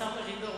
השר מרידור,